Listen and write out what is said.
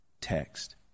text